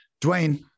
Dwayne